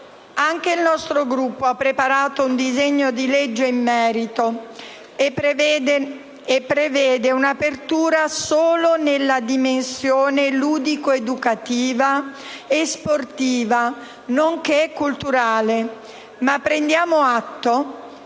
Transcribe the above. Anche il nostro Gruppo ha preparato un disegno di legge in merito, che prevede un'apertura solo nella dimensione ludico-educativa e sportiva, nonché culturale. Prendiamo atto,